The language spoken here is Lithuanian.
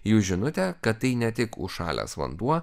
jų žinutė kad tai ne tik užšalęs vanduo